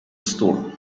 storm